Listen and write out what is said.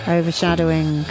overshadowing